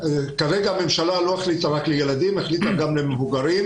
כרגע הממשלה לא החליטה רק לגבי ילדים אלא החליטה גם על מבוגרים.